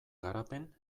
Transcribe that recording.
garapen